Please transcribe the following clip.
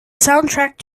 soundtrack